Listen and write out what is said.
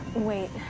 wait.